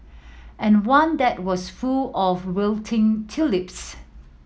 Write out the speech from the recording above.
and one that was full of wilting tulips